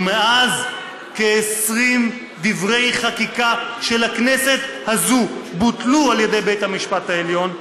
ומאז כ-20 דברי חקיקה של הכנסת הזאת בוטלו על ידי בית המשפט העליון,